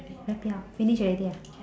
wrap it up finish already ah